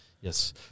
Yes